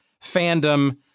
fandom